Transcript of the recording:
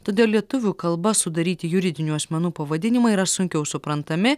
todėl lietuvių kalba sudaryti juridinių asmenų pavadinimai yra sunkiau suprantami